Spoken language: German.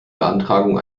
beantragung